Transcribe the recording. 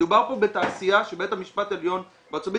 מדובר פה בתעשייה שבית המשפט העליון בארצות הברית